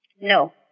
no